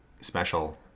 special